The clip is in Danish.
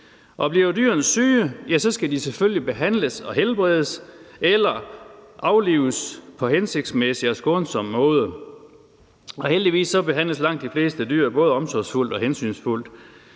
bliver dyrene er syge, skal de selvfølgelig behandles og helbredes eller aflives på en hensigtsmæssig og skånsom måde. Heldigvis behandles langt de fleste dyr både omsorgsfuldt og hensynsfuldt,